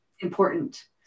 important